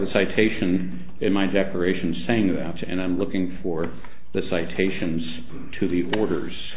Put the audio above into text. the citation in my declaration saying that and i'm looking for the citations to the orders